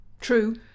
true